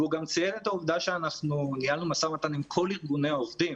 הוא גם ציין את העובדה שאנחנו ניהלנו משא ומתן עם כל ארגוני העובדים.